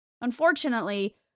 Unfortunately